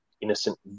innocent